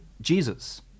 Jesus